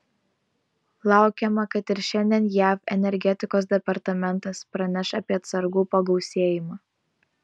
laukiama kad ir šiandien jav energetikos departamentas praneš apie atsargų pagausėjimą